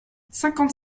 cinquante